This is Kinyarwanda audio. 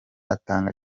atanga